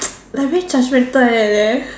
like very judgemental like that